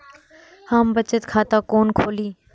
हम बचत खाता कोन खोली?